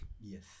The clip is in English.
Yes